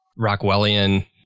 Rockwellian